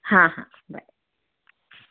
હા હા ભલે